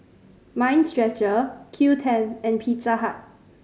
Mind Stretcher Qoo Ten and Pizza Hut